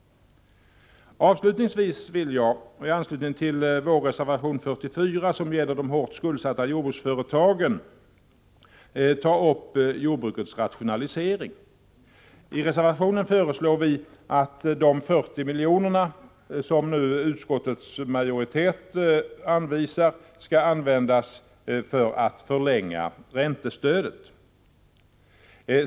Avslutningsvis vill jag, i anslutning till vår reservation 44 som gäller de hårt skuldsatta jordbruksföretagen, ta upp jordbrukets rationalisering. I reservationen föreslår vi att de 40 milj.kr. som utskottets majoritet nu vill anvisa skall användas för att förlänga räntestödet.